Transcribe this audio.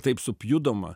taip supjudoma